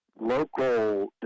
local